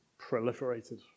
proliferated